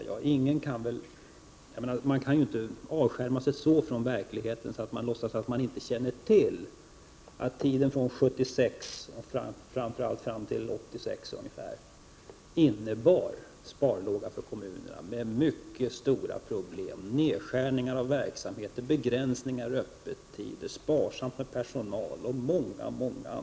Man kan väl inte avskärma sig så från verkligheten att man låtsas att man inte känner till att tiden från 1976 och fram till ungefär 1986 innebar sparlåga för kommunerna och därmed mycket stora problem: nedskärningar av verksamheter, begränsningar i öppettider, sparsamhet med personal och mycket annat.